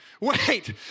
wait